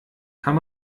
kann